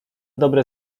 dobre